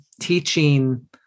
teaching